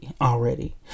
already